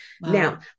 Now